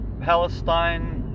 palestine